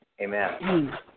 amen